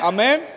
Amen